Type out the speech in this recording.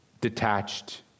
detached